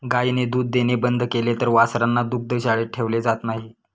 गायीने दूध देणे बंद केले तर वासरांना दुग्धशाळेत ठेवले जात नाही